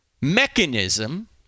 mechanism